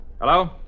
Hello